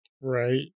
right